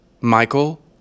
Michael